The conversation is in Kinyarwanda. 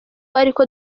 ariko